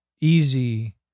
easy